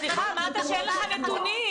סליחה, אמרת שאין לך נתונים.